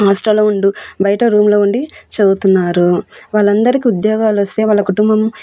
హాస్టల్లో ఉంటూ బయట రూమ్లో ఉండి చదువుతున్నారు వాళ్ళందరికీ ఉద్యోగాలు వస్తే వాళ్ళ కుటుంబం